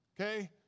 okay